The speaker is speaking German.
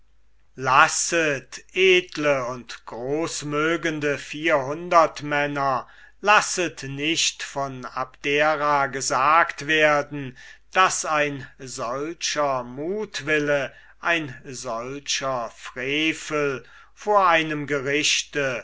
lasset edle und großmögende vierhundertmänner lasset nicht von abdera gesagt werden daß ein solcher mutwille ein solcher frevel vor einem gericht